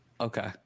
Okay